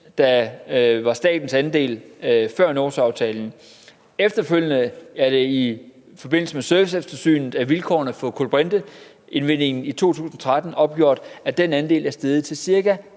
der var statens andel før Nordsøaftalen. Efterfølgende er det i forbindelse med serviceeftersynet af vilkårene for kulbrinteindvindingen i 2013 opgjort, at den andel er steget til ca.